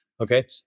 okay